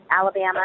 alabama